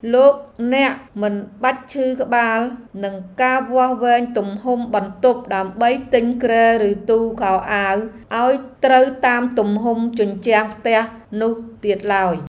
លោកអ្នកមិនបាច់ឈឺក្បាលនឹងការវាស់វែងទំហំបន្ទប់ដើម្បីទិញគ្រែឬទូខោអាវឱ្យត្រូវតាមទំហំជញ្ជាំងផ្ទះនោះទៀតឡើយ។